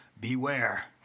beware